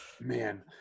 man